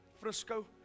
Frisco